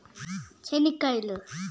చెనిక్కాయలు